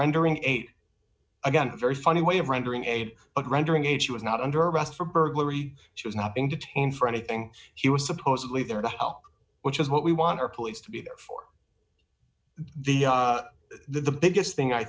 rendering eight again a very funny way of rendering aid but rendering aid she was not under arrest for burglary she was not being detained for anything he was supposedly there to help which is what we want our police to be there for the the biggest thing i